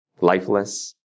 lifeless